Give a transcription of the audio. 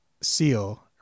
seal